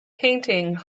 painting